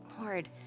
Lord